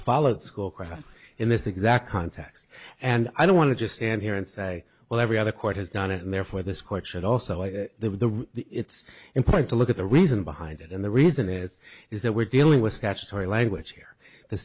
followed schoolcraft in this exact context and i don't want to just stand here and say well every other court has done it and therefore this court should also the it's important to look at the reason behind it and the reason is is that we're dealing with statutory language here the